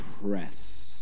press